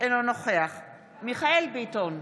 אינו נוכח מיכאל מרדכי ביטון,